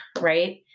right